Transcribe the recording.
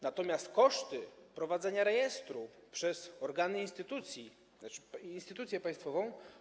Natomiast koszty prowadzenia rejestru przez organy instytucji, instytucję państwową.